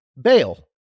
bail